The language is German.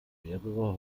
mehrere